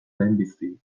lehenbizi